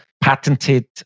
patented